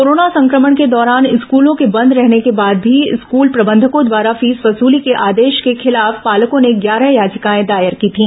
corona संक्रमण के दौरान स्कूलों के बंद रहने के बाद भी स्कूल प्रबंघकों द्वारा फीस वसूली के आदेश को खिलाफ पालकों ने ग्यारह याचिकाएं दायर की थी